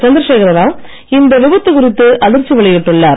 சந்திரசேகர ராவ் இந்த விபத்து குறித்து அதிர்ச்சி வெளியிட்டுள்ளார்